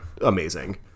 amazing